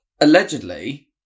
Allegedly